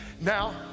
now